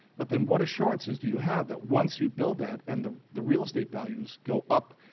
but then what assurances do you have that once you build that and the the real estate values go up.